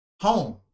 home